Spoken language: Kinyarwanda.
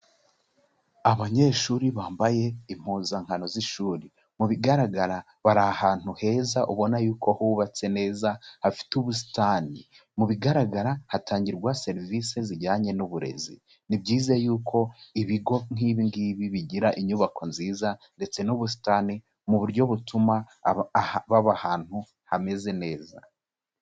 Abanyeshuri bambaye impuzankano z'ishuri, mu bigaragara bari ahantu heza ubona yuko hubatse neza hafite ubusitani, mu bigaragara hatangirwa serivisi zijyanye n'uburezi, ni byiza yuko ibigo nk'ingibi bigira inyubako nziza ndetse n'ubusitani, mu buryo butuma baba ahantu hameze neza.